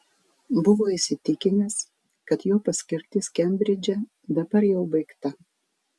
buvo įsitikinęs kad jo paskirtis kembridže dabar jau baigta